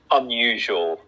unusual